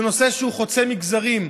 נושא שהוא חוצה מגזרים.